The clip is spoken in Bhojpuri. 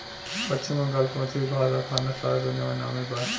पश्चिम बंगाल के मछली भात आ खाना सारा दुनिया में नामी बा